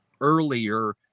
earlier